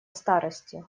старости